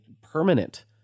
permanent